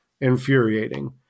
infuriating